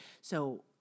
So-